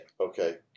Okay